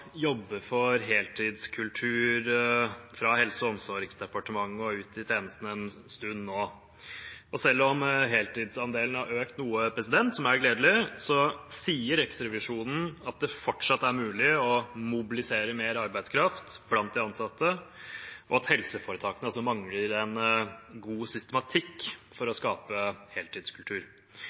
jobbe for heltidskultur fra Helse- og omsorgsdepartementet og ut i tjenestene en stund nå. Selv om heltidsandelen har økt noe – som er gledelig – sier Riksrevisjonen at det fortsatt er mulig å mobilisere mer arbeidskraft blant de ansatte, og at helseforetakene mangler en god systematikk for å skape